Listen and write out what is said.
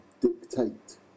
dictate